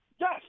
Yes